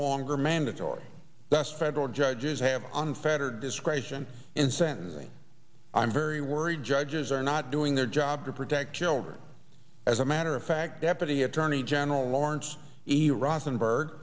longer mandatory that federal judges have unfettered discretion in sentencing i'm very worried judges are not doing their job to protect children as a matter of fact deputy attorney general lawrence